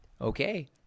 Okay